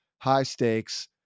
high-stakes